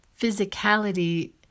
physicality